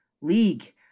League